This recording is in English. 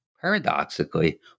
Paradoxically